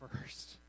first